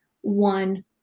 one